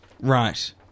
Right